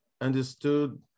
understood